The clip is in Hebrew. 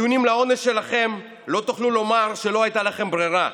בטיעונים לעונש שלכם לא תוכלו לומר שלא הייתה לכם ברירה.